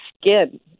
skin